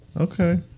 Okay